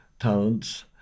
talents